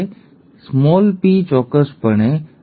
આ નાનો p નાનો p ચોક્કસપણે છે અને આ નાનો p નાનો p છે